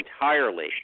entirely